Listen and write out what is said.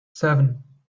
seven